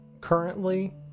currently